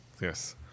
Yes